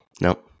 No